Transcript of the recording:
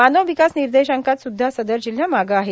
मानव विकास निर्देशांकात सुध्दा सदर जिल्हा मागं आहे